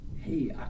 Hey